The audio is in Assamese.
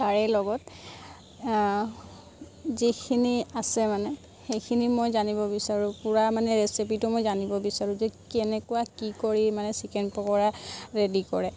তাৰে লগত যিখিনি আছে মানে সেইখিনি মই জানিব বিচাৰোঁ পূৰা মানে ৰেচিপিটো মই জানিব বিচাৰোঁ যে কেনেকুৱা কি কৰি মানে চিকেন পকৰা ৰেডি কৰে